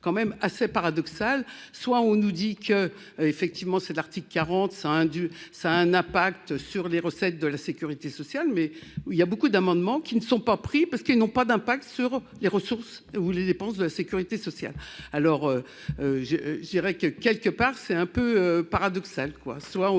c'est l'Arctique quarante ça hein du ça a un impact sur les recettes de la Sécurité sociale, mais il y a beaucoup d'amendements qui ne sont pas pris parce qu'ils n'ont pas d'impact sur les ressources ou les dépenses de la Sécurité sociale, alors je, je dirais que quelque part c'est un peu paradoxal,